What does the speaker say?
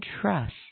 trust